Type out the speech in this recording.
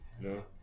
No